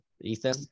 Ethan